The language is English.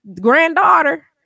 granddaughter